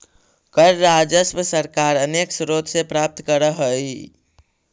कर राजस्व सरकार अनेक स्रोत से प्राप्त करऽ हई